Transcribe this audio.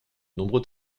nombreux